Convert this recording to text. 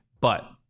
But-